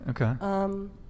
Okay